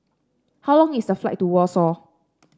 how long is the flight to Warsaw